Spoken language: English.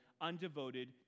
undevoted